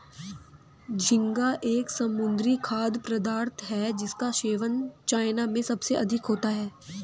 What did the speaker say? झींगा एक समुद्री खाद्य पदार्थ है जिसका सेवन चाइना में सबसे अधिक होता है